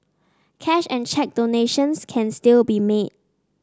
cash and cheque donations can still be made